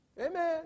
Amen